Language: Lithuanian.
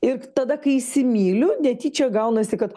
ir k tada kai įsimyliu netyčia gaunasi kad